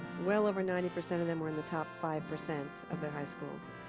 well over ninety percent of them are in the top five percent of their high schools.